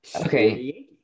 okay